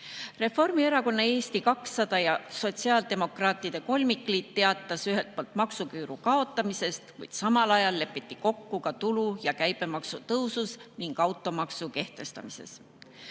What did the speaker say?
Reformierakonna, Eesti 200 ja sotsiaaldemokraatide kolmikliit teatas ühelt poolt maksuküüru kaotamisest, kuid samal ajal lepiti kokku ka tulu‑ ja käibemaksu tõusus ning automaksu kehtestamises.